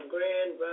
Grand